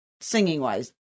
singing-wise